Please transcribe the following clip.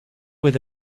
with